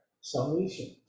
salvation